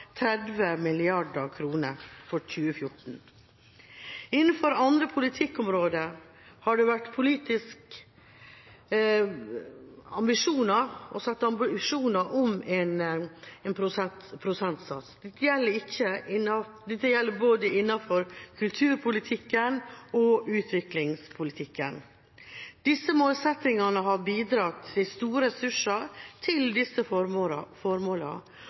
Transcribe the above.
30 mrd. kr for 2014. Innenfor andre politikkområder har det vært politisk satte ambisjoner om en prosentsats. Dette gjelder innenfor både kulturpolitikken og utviklingspolitikken. Disse målsettingene har bidratt til store ressurser til disse